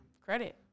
Credit